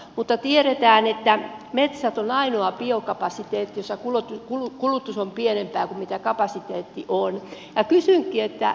mutta tiedetään että metsät ovat ainoa biokapasiteetti jossa kulutus on pienempää kuin mitä kapasiteetti on